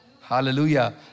Hallelujah